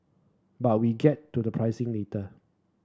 but we get to the pricing later